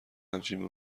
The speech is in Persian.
همچنین